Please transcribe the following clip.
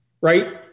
right